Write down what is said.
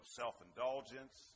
self-indulgence